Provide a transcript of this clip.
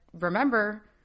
remember